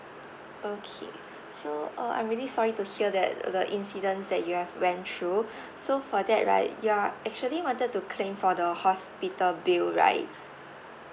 okay so uh I'm really sorry to hear that the incidents that you have went through so for that right you are actually wanted to claim for the hospital bill right